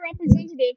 representative